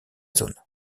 zone